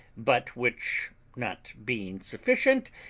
but which not being sufficient,